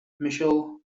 micheal